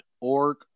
org